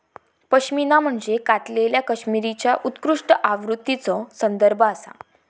पश्मिना म्हणजे कातलेल्या कश्मीरीच्या उत्कृष्ट आवृत्तीचो संदर्भ आसा